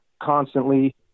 constantly